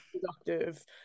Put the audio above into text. productive